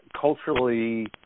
culturally